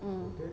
um